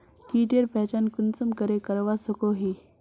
कीटेर पहचान कुंसम करे करवा सको ही?